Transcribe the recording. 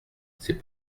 c’est